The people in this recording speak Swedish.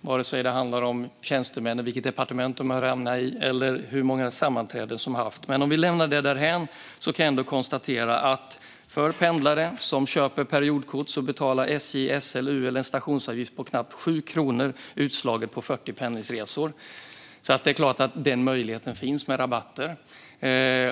vare sig det handlar om tjänstemän och i vilket departement de hör hemma eller hur många sammanträden som vi har haft. Om vi lämnar detta därhän kan jag konstatera att för pendlares periodkort betalar SJ, SL och UL en stationsavgift på knappt 7 kronor utslaget på 40 pendlingsresor. Den möjligheten till rabatt finns alltså.